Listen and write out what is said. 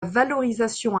valorisation